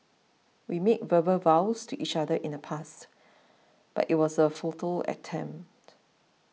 we made verbal vows to each other in the past but it was a futile attempt